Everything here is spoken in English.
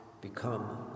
become